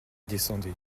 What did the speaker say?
descendait